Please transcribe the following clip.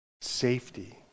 Safety